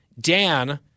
Dan